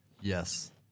Yes